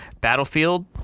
Battlefield